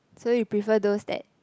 so you prefer those that